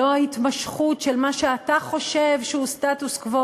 לא התמשכות של מה שאתה חושב שהוא סטטוס קוו